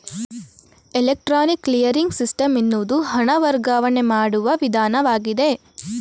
electronic clearing system ಎನ್ನುವುದು ಹಣ ವರ್ಗಾವಣೆ ಮಾಡುವ ವಿಧಾನವಾಗಿದೆ